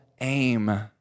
aim